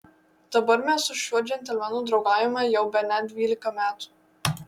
dabar mes su šiuo džentelmenu draugaujame jau bene dvylika metų